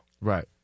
Right